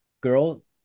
girls